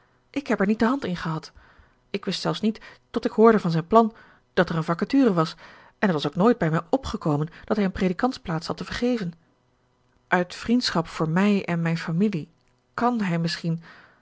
ik heb er niet de hand in gehad ik wist zelfs niet tot ik hoorde van zijn plan dat er een vacature was en het was ook nooit bij mij opgekomen dat hij een predikantsplaats had te vergeven uit vriendschap voor mij en mijn familie kàn hij misschien